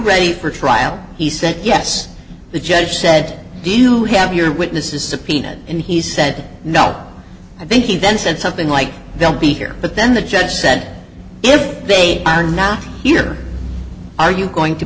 ready for trial he said yes the judge said do you have your witnesses subpoenaed and he said no i think he then said something like they'll be here but then the judge said if they are now here are you going to